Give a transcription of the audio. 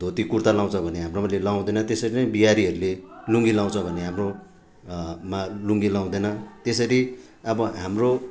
धोती कुर्ता लगाउँछ भने हाम्रोमा त्यो लगाउँदैन त्यसरी नै बिहारीहरूले लुङ्गी लगाउँछ भने हाम्रो मा लुङ्गी लगाउँदैन त्यसरि अब हाम्रो